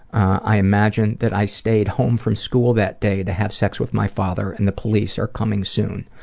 i imagine that i stayed home from school that day to have sex with my father and the police are coming soon.